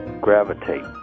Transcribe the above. gravitate